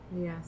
yes